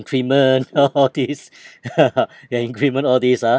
increment all these ya ya increment all these ah